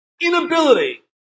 inability